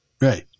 Right